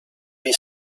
his